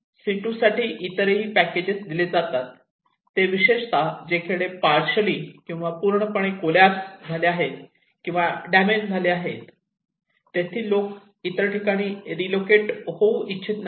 सीटू साठी इतर पॅकेजेस दिले जातात ते विशेषता जे खेडे पार्सली किंवा पूर्णपणे कोलॅप्स झाले आहे किंवा डॅमेज झाले आहे तेथील लोक इतर ठिकाणे रीलोकेट होऊ इच्छित नाहीत